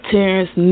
Terrence